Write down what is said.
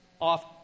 off